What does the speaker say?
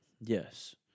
Yes